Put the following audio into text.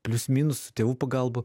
plius minus tėvų pagalba